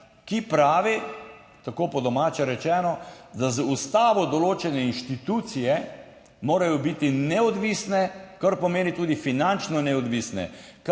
ki pravi, tako po domače rečeno, da z Ustavo določene inštitucije morajo biti neodvisne, kar pomeni tudi finančno neodvisne,